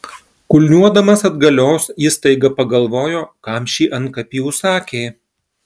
kulniuodamas atgalios jis staiga pagalvojo kam šį antkapį užsakė